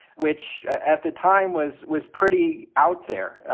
which at the time was was pretty out there.